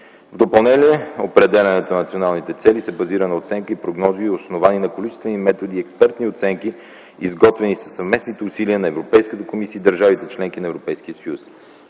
В допълнение – определянето на националните цели се базира на оценки, прогнози, основани на количествени методи и експертни оценки, изготвени със съвместните усилия на Европейската комисия и държавите – членки на Европейския съюз.